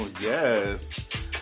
Yes